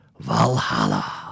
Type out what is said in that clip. Valhalla